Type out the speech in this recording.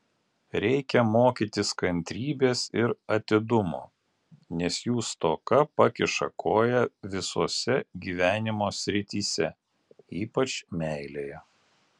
reikia mokytis kantrybės ir atidumo nes jų stoka pakiša koją visose gyvenimo srityse ypač meilėje